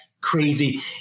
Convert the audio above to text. crazy